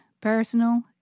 personal